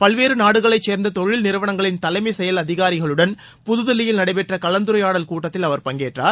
பல்வேறு நாடுகளைச் சேர்ந்த தொழில் நிறுவனங்களின் தலைமைச் செயல் அதிகாரிகளுடன் புதுதில்லியில் நடைபெற்ற கலந்துரையாடல் கூட்டத்தில் அவர் பங்கேற்றார்